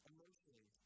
Emotionally